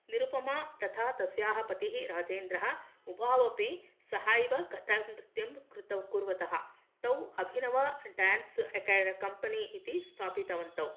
निरुपमा तथा तस्याः पतिः राजेन्द्रः उभावपि सहैव कथक् नृत्यं कुर्वतः तौ अभिनव डान्स् अकेड् कम्पेनी इति स्थापितवन्तौ